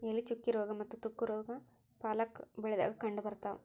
ಎಲೆ ಚುಕ್ಕಿ ರೋಗಾ ಮತ್ತ ತುಕ್ಕು ರೋಗಾ ಪಾಲಕ್ ಬೆಳಿದಾಗ ಕಂಡಬರ್ತಾವ